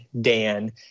Dan